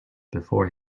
before